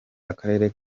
akarere